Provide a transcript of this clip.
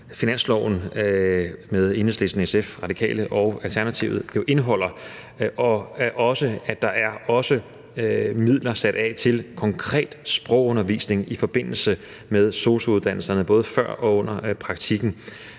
finansloven med Enhedslisten, SF, Radikale og Alternativet indeholder, nemlig at der også er sat midler af til konkret sprogundervisning i forbindelse med SOSU-uddannelserne, både før og under praktikken,